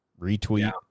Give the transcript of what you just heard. Retweet